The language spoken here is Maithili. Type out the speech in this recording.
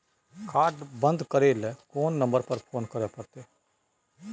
कार्ड बन्द करे ल कोन नंबर पर फोन करे परतै?